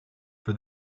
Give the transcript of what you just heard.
for